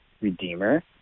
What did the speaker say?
redeemer